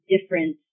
different